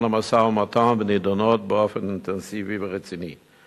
המשא-ומתן ונדונות באופן אינטנסיבי ורציני.